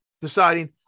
deciding